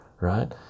right